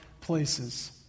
places